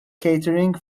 catering